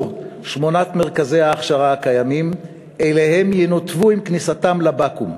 שמונת מרכזי ההכשרה הקיימים שאליהם הם ינותבו עם כניסתם לבקו"ם.